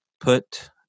put